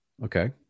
Okay